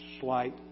slight